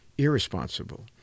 irresponsible